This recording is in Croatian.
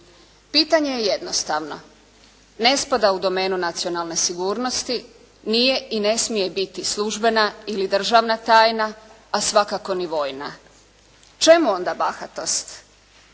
Pitanje je jednostavno. Ne spada u domenu nacionalne sigurnosti, nije i ne smije biti službena ili državna tajna, a svakako ni vojna. Čemu onda bahatost?